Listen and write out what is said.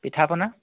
পিঠা পনা